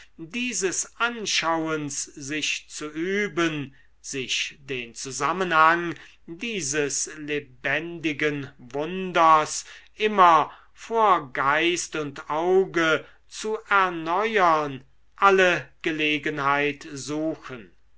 dieses anschauens sich zu üben sich den zusammenhang dieses lebendigen wunders immer vor geist und auge zu erneuern alle gelegenheit suchen